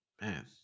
Man